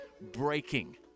breaking